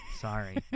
Sorry